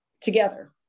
together